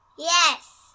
Yes